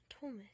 Thomas